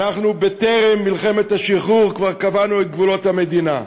בטרם מלחמת השחרור כבר קבענו את גבולות המדינה.